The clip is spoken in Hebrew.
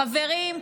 חברים,